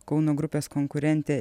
kauno grupės konkurentė